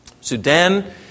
Sudan